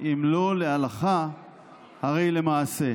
למה בגין, בהצעת החוק שלך.